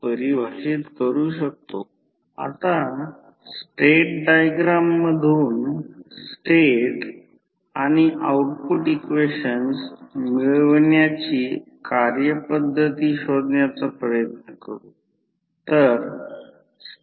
तर आता उदाहरणार्थ समजा जर फेरोमॅग्नेटिक कोर आहे आणि या साईडला प्रायमरी साईड असेल येथे टर्नची संख्या N1 आहे आणि सेकंडरी वायडींगची संख्या N2 आहे